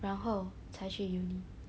然后才去 uni